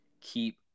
keep